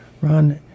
Ron